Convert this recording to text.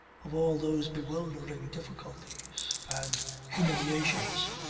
of all those bewildering difficulties and humiliations?